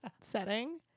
setting